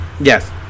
Yes